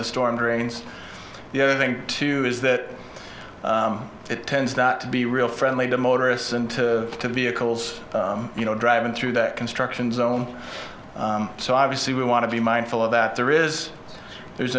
the storm drains the other thing too is that it tends not to be real friendly to motorists and to to be a coles you know driving through that construction zone so obviously we want to be mindful of that there is there